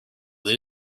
they